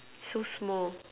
so small